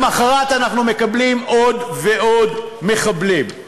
למחרת אנחנו מקבלים עוד ועוד מחבלים.